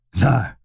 No